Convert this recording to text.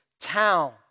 town